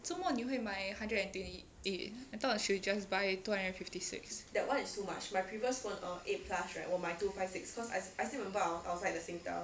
做么你会买 hundred and twenty eight I thought you should just buy two hundred and fifty six